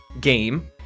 game